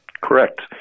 Correct